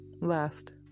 last